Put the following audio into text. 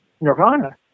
Nirvana